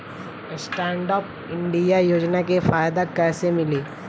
Stand up India योजना के फायदा कैसे मिली?